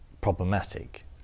problematic